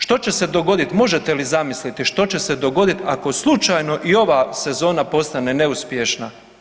Što će se dogoditi, možete li zamisliti što će se dogoditi ako slučajno i ova sezona postane neuspješna?